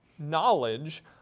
knowledge